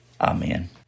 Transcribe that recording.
Amen